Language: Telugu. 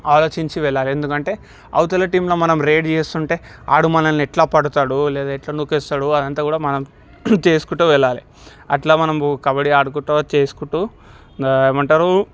ఆలోచించి వెళ్ళాలి ఎందుకంటే అవతల టీమ్లో మనం రైడ్ చేస్తుంటే ఆడు మనల్ని ఎట్లా పడతాడు లేదా ఎట్లా నూక్కేస్తాడు అదంతా కూడా మనం థింక్ చేసుకుంటూ వెళ్ళాలి అట్ల మనం కబడ్డీ ఆడుకుంటూ చేసుకుంటూ ఏమంటారు